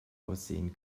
aussehen